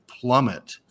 plummet